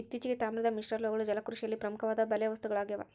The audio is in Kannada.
ಇತ್ತೀಚೆಗೆ, ತಾಮ್ರದ ಮಿಶ್ರಲೋಹಗಳು ಜಲಕೃಷಿಯಲ್ಲಿ ಪ್ರಮುಖವಾದ ಬಲೆ ವಸ್ತುಗಳಾಗ್ಯವ